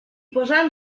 posant